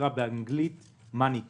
ל"מאני טיים".